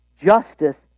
Justice